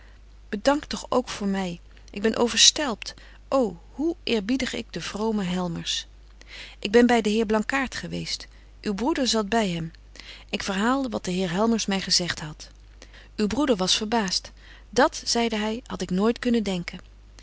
bedank toch ook voor my ik ben overstelpt ô hoe eerbiedig ik den vromen helmers ik ben by den heer blankaart geweest uw broeder zat by hem ik verhaalde wat de betje wolff en aagje deken historie van mejuffrouw sara burgerhart heer helmers my gezegt hadt uw broeder was verbaast dat zeide hy had ik nooit kunnen denken